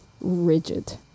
rigid